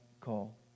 call